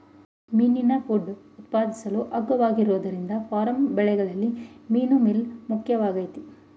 ಮೀನಿನ ಫುಡ್ ಉತ್ಪಾದಿಸಲು ಅಗ್ಗವಾಗಿರೋದ್ರಿಂದ ಫಾರ್ಮ್ ಬೆಳವಣಿಗೆಲಿ ಮೀನುಮೀಲ್ ಮುಖ್ಯವಾಗಯ್ತೆ